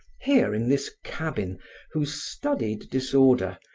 here in this cabin whose studied disorder,